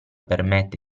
permette